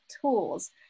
tools